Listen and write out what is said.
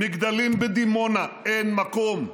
מגדלים בדימונה, אין מקום,